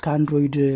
Android